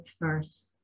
first